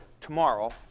tomorrow